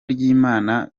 ry’imana